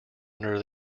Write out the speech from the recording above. under